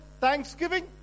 Thanksgiving